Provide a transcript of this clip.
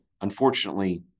Unfortunately